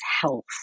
health